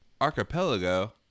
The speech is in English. Archipelago